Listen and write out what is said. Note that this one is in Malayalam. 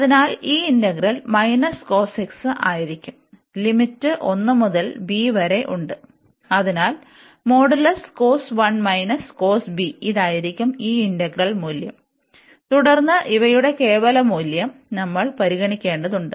അതിനാൽ ഈ ഇന്റഗ്രൽ ആയിരിക്കും ലിമിറ്റ് 1 മുതൽ b വരെയുണ്ട് അതിനാൽ ഇതായിരിക്കും ഈ ഇന്റഗ്രൽ മൂല്യം തുടർന്ന് ഇവയുടെ കേവല മൂല്യം നമ്മൾ പരിഗണിക്കേണ്ടതുണ്ട്